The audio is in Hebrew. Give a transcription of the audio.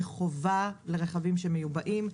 כחובה לרכבים שמיובאים.